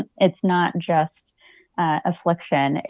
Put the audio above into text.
it's not just affliction.